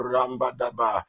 Rambadaba